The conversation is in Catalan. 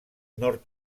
nord